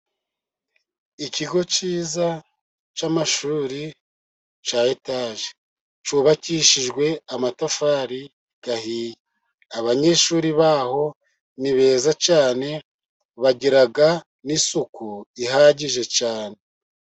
Ikigo cyiza cy'amashuri cya etaje. Cyubakishijwe amatafari ahiye. Abanyeshuri ba ho ni beza cyane, bagira n'isuku ihagije cyane.